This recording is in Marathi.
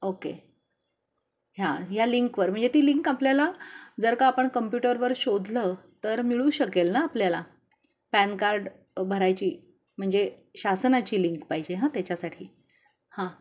ओके हां ह्या लिंकवर म्हणजे ती लिंक आपल्याला जर का आपण कम्प्युटरवर शोधलं तर मिळू शकेल ना आपल्याला पॅन कार्ड भरायची म्हणजे शासनाची लिंक पाहिजे हं त्याच्यासाठी हां